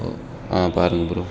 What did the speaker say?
ஓ ஆ பாருங்கள் ப்ரோ